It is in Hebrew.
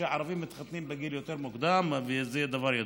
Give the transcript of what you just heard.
הערבים מתחתנים בגיל יותר מוקדם, זה דבר ידוע,